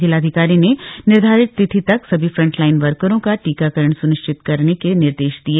जिलाधिकारी ने निर्धारित तिथि तक सभी फ्रंटलाइन वर्करों का टीकाकरण सुनिश्चित करने के निर्देश दिए